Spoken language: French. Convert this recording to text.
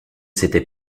c’était